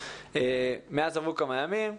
מאז עברו כמה ימים.